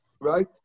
right